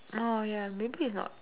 oh ya maybe it's not